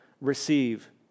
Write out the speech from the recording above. Receive